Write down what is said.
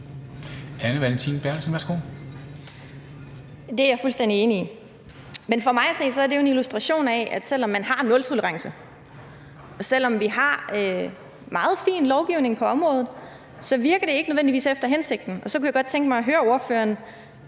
Det er jeg fuldstændig enig i, men for mig at se er det jo en illustration af, at selv om man har nultolerance og selv om vi har meget fin lovgivning på området, virker det ikke nødvendigvis efter hensigten. Og så kunne jeg godt tænke mig at høre ordføreren: